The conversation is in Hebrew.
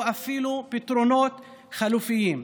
או אפילו פתרונות חלופיים.